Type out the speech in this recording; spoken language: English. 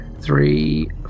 three